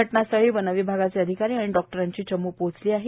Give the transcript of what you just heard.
घटनास्थळी वनविभागाचे अधिकारी आणि डॉक्टरांची चमू पोहोचली आहे